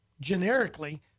generically